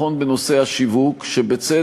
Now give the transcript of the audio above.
תמיד מנסים לצייר שהוא נגד,